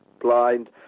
Blind